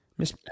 Miss